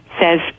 says